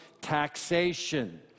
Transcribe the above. taxation